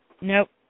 Nope